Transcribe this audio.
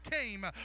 came